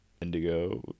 indigo